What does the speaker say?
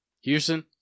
Houston